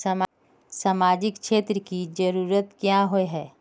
सामाजिक क्षेत्र की जरूरत क्याँ होय है?